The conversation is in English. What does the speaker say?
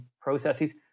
processes